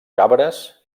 cabres